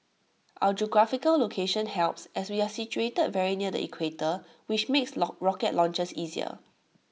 our geographical location helps as we are situated very near the equator which makes rocket launches easier